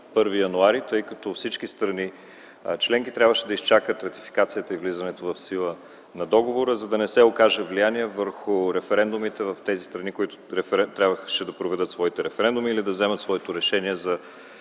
2010 г., тъй като всички страни членки трябваше да изчакат ратификацията и влизането в сила на договора, за да не се окаже влияние върху референдумите в тези страни, които трябваше да ги проведат и вземат своите решения за